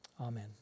Amen